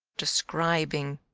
describing.